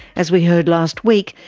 as we heard last week,